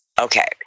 Okay